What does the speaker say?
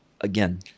again